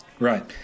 Right